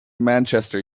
manchester